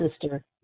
sister